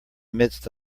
midst